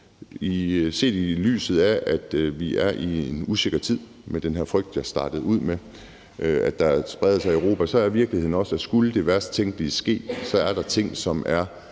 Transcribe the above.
Set i lyset af, at vi er i en usikker tid med den her frygt, jeg startede ud med at sige spredes i Europa, er virkeligheden også, at skulle det værst tænkelige ske, er der ting, som er